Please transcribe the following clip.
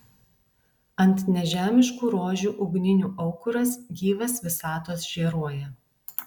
ant nežemiškų rožių ugninių aukuras gyvas visatos žėruoja